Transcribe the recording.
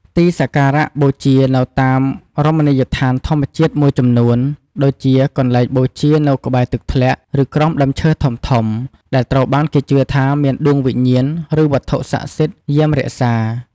ទីសក្ការៈបូជានៅតាមរមណីយដ្ឋានធម្មជាតិមួយចំនួន ដូចជាកន្លែងបូជានៅក្បែរទឹកធ្លាក់ ឬក្រោមដើមឈើធំៗ ដែលត្រូវបានគេជឿថាមានដួងវិញ្ញាណ ឬវត្ថុស័ក្តិសិទ្ធិយាមរក្សា។